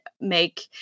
make